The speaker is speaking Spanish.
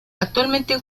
actualmente